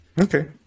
Okay